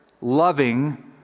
loving